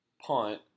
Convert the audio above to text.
punt